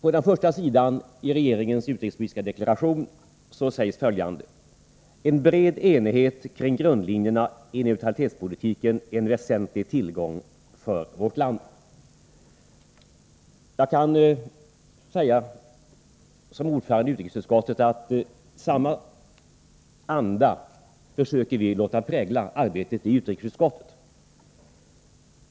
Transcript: I det inledande avsnittet i regeringens utrikespolitiska deklaration sägs följande: ”En bred enighet kring grundlinjerna i neutralitetspolitiken är en väsentlig tillgång för vårt land.” Jag kan som ordförande i utrikesutskottet säga att vi försöker låta samma anda prägla arbetet där.